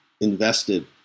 invested